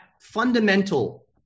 fundamental